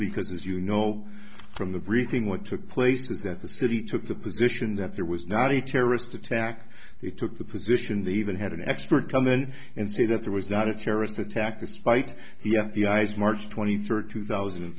because as you know from the briefing what took place is that the city took the position that there was not a terrorist attack that took the position they even had an expert come in and say that there was not a terrorist attack despite the f b i s march twenty third two thousand and